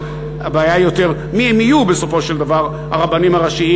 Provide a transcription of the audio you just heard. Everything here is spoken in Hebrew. הבעיה היא יותר מי הם יהיו בסופו של דבר הרבנים הראשיים